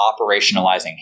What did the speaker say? operationalizing